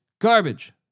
garbage